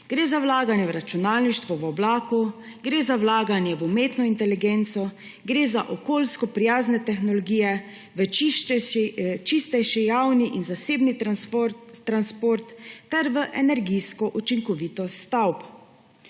Gre za vlaganje v računalništvo v oblaku, gre za vlaganje v umetno inteligenco, gre za okoljsko prijazne tehnologije, čistejši javni in zasebni transport ter energijsko učinkovitost stavb.